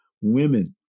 women